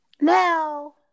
Now